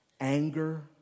Anger